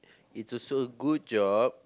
it's also good job